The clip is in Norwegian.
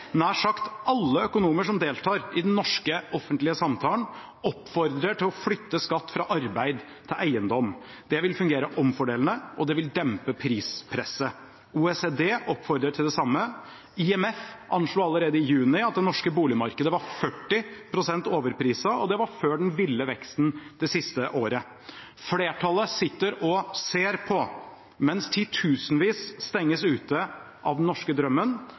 Nær sagt alle økonomer som deltar i den norske, offentlige samtalen, oppfordrer til å flytte skatt fra arbeid til eiendom. Det vil fungere omfordelende, og det vil dempe prispresset. OECD oppfordrer til det samme. IMF anslo allerede i juni at det norske boligmarkedet var 40 pst. overpriset, og det før den ville veksten det siste året. Flertallet sitter og ser på, mens titusenvis stenges ute av den norske drømmen